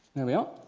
there we are,